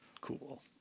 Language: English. cool